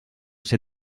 ser